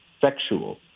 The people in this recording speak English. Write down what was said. sexual